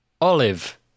Olive